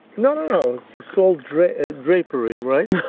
no, no, you sold drapery drapery right?